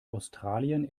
australien